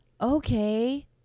okay